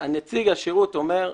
נציג השירות אומר,